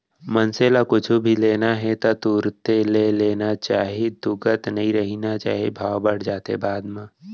मनसे ल कुछु भी लेना हे ता तुरते ले लेना चाही तुगत नइ रहिना चाही भाव बड़ जाथे बाद म